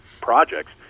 projects